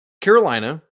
Carolina